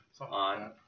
on